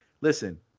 listen